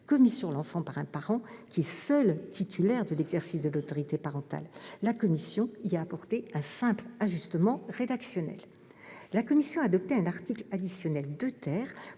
commis sur l'enfant par un parent qui est seul titulaire de l'exercice de l'autorité parentale. La commission y a apporté un simple ajustement rédactionnel. La commission a adopté un article additionnel 2 pour